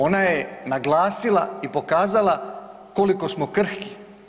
Ona je naglasila i pokazala koliko smo krhki.